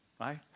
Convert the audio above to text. right